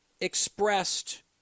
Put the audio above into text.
expressed